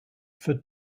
for